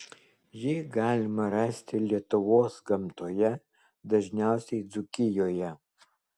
jį galima rasti lietuvos gamtoje dažniausiai dzūkijoje